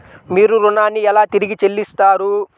మీరు ఋణాన్ని ఎలా తిరిగి చెల్లిస్తారు?